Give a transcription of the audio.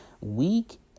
week